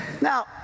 Now